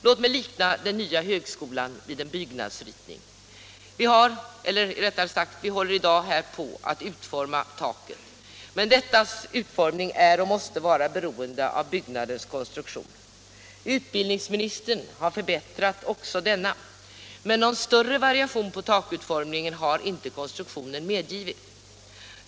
Låt mig likna den nya högskolan vid en byggnadsritning. Vi håller nu på att utforma taket, men dettas utformning är och måste vara beroende av byggnadens konstruktion. Utbildningsministern har förbättrat också denna, men någon större variation på takutformningen har inte konstruktionen medgivit.